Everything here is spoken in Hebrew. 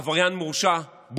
עבריין מורשע.